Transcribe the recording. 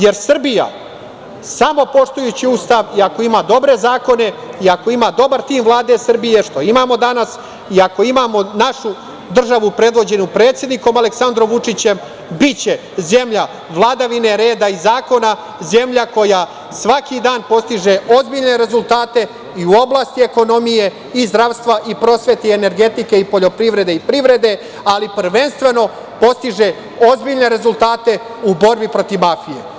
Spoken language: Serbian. Jer, Srbija samo poštujući Ustav i ako ima dobre zakone i ako ima dobar tim Vlade Srbije, što imamo danas, i ako imamo našu državu predvođenu predsednikom Aleksandrom Vučićem, biće zemlja vladavine reda i zakona, zemlja koja svaki dan postiže ozbiljne rezultate i u oblasti ekonomije, zdravstva, prosvete, energetike, poljoprivrede i privrede, ali prvenstveno postiže ozbiljne rezultate u borbi protiv mafije.